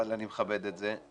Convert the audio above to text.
אבל אני מכבד את זה.